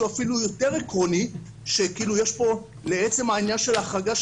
אפילו יותר עקרוני שיש פה לעצם העניין של החדש,